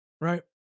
right